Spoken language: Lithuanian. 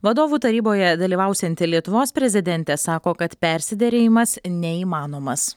vadovų taryboje dalyvausianti lietuvos prezidentė sako kad persiderėjimas neįmanomas